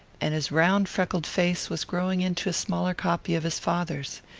and his round freckled face was growing into a smaller copy of his father's.